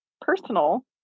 personal